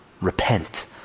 Repent